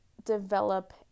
develop